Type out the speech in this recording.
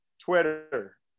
Twitter